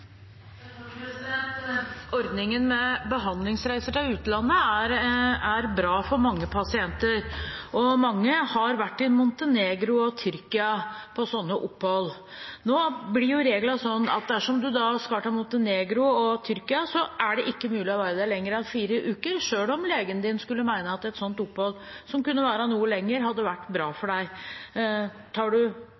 mange har vært i Montenegro og Tyrkia på sånne opphold. Nå blir jo reglene sånn at dersom du skal til Montenegro og Tyrkia, er det ikke mulig å være der lenger enn fire uker, selv om legen din skulle mene at et opphold som kunne vare noe lenger, hadde vært bra for